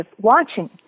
watching